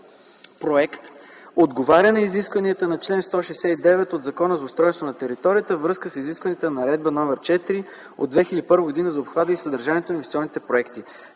проект отговаря на изискванията на чл. 169 от Закона за устройство на територията във връзка с изискванията на Наредба № 4 от 2001 г. за обхвата и съдържанието на инвестиционните проекти.